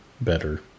better